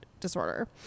disorder